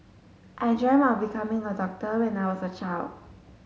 I dreamt of becoming a doctor when I was a child